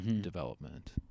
development